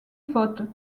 faute